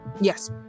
Yes